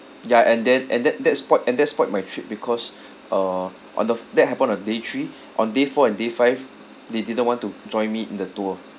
ya and then and that that spoiled and that spoiled my trip because uh on the f~ that happened on day three on day four and day five they didn't want to join me in the tour